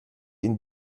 ihm